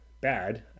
bad